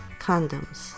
condoms